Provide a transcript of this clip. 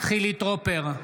חילי טרופר,